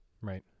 Right